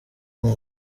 ineza